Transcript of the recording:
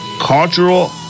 cultural